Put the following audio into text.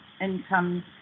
income